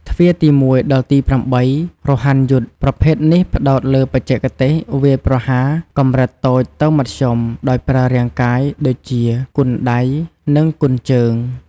ទ្វារទី១ ដល់ទី៨ រហ័នយុទ្ធ ប្រភេទនេះផ្តោតលើបច្ចេកទេសវាយប្រហារកម្រិតតូចទៅមធ្យមដោយប្រើរាងកាយ ដូចជា គុនដៃ និង គុនជើង។